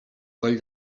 coll